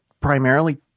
primarily